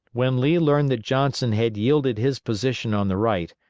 when lee learned that johnson had yielded his position on the right,